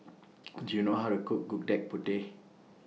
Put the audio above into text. Do YOU know How to Cook Gudeg Putih